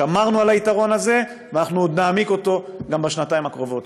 שמרנו על היתרון הזה ואנחנו עוד נעמיק אותו גם בשנתיים הקרובות.